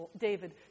David